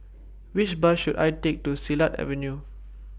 Which Bus should I Take to Silat Avenue